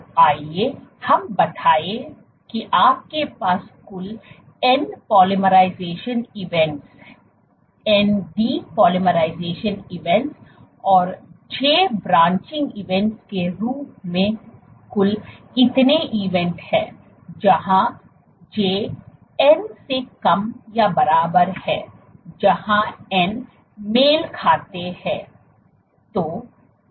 तो आइए हम बताएं कि आपके पास कुल n पोलीमराइजेशन इवेंट्स एन डे पॉलीमराइजेशन इवेंट्स और जे ब्रांचिंग इवेंट्स के रूप में कुल इतने इवेंट हैं जहां j n से कम या बराबर हैं जहां n मेल खाते हैं